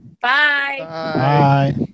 Bye